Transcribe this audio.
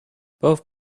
both